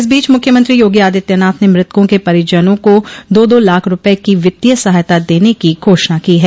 इस बीच मुख्यमंत्री योगी आदित्यनाथ ने मृतकों के परिजनों को दो दो लाख रूपये की वित्तीय सहायता देने की घोषणा की है